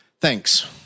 thanks